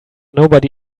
nobody